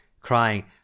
crying